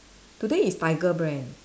today is tiger brand